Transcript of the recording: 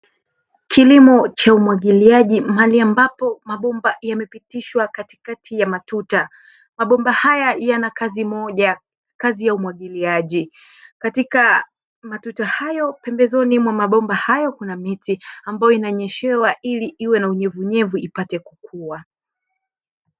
Kilimo cha umwagiliaji mahali ambapo mabomba yamepitishwa katikati ya matuta, mabomba haya yana kazi moja kazi ya umwagiliaji katika matuta hayo pembezoni mwa mabomba hayo pembezoni mwa mabomba hayo kuna miti ambayo inanyeshewa ili iwe na unyevu unyevu ipate kukuwa.